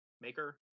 maker